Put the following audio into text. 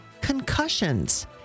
concussions